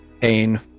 Pain